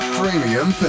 Premium